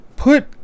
Put